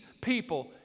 people